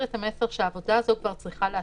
את המסר שהעבודה הזאת צריכה להתחיל.